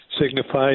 signifies